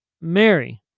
Mary